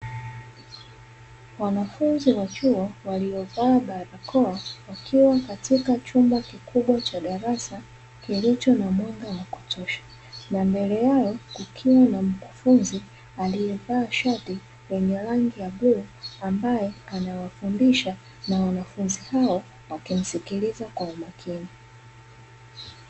Wanafunzi wa chuo waliovaa barakoa wakiwa katika chumba kikubwa cha darasa kilicho na mwanga wa kutosha. Na mbele yao kukiwa na mkufunzi aliyevaa shati lenye rangi ya bluu ambaye anawafundisha na wanafunzi hao wakimsikiliza kwa umakini.